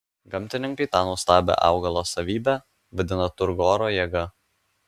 gamtininkai tą nuostabią augalo savybę vadina turgoro jėga